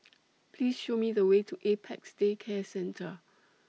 Please Show Me The Way to Apex Day Care Centre